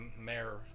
mayor